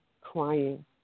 crying